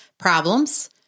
Problems